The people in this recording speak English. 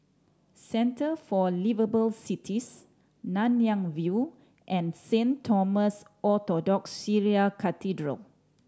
Centre for Liveable Cities Nanyang View and Saint Thomas Orthodox Syrian Cathedral